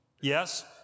Yes